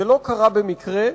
זה לא קרה במקרה,